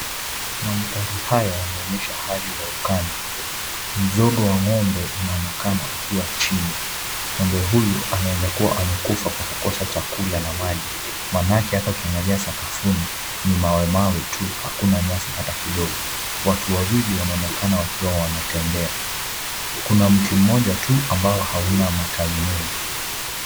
Mandhari haya yanaonyesha hali ya ukame. Mzoga wa ng'ombe unaonekana ukiwa chini. Ng'ombe huyu anaweza kuwa amekufa kwa kukosa chakula na maji manake hata ukiangalia sakafuni ni mawe mawe tu hakuna hata nyasi kidogo. Watu wawili wanaonekana wakiwa wanatembea. Kuna mti mmoja tu ambao hauna matawi mengi.